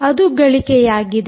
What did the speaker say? ಅದು ಗಳಿಕೆಯಾಗಿದೆ